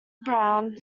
brown